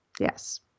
Yes